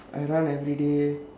I run everyday